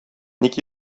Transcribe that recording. ник